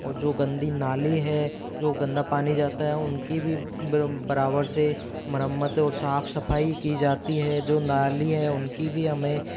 और जो गंदी नाली है जो गंदा पानी जाता है उनकी भी बराबर से मरम्मतें और साफ सफाई की जाती है जो नाली है उनकी भी हमें